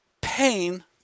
pain